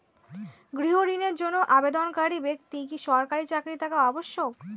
গৃহ ঋণের জন্য আবেদনকারী ব্যক্তি কি সরকারি চাকরি থাকা আবশ্যক?